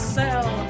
sell